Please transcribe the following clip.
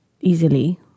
easily